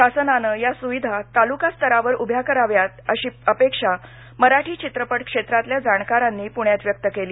शासनानं या सुविधा तालूका स्तरावर उभ्या कराव्यात अशी अपेक्षा मराठी चित्रपट क्षेत्रातल्या जाणकारांनी काल पुण्यात व्यक्त केली